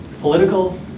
political